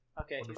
Okay